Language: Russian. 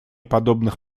подобных